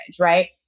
right